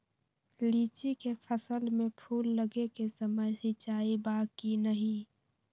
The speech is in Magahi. लीची के फसल में फूल लगे के समय सिंचाई बा कि नही?